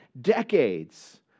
decades